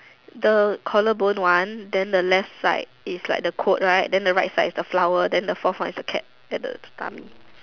the collarbone one then the left side is like the quote right then the right side the flower then the fourth one is the cat at the tummy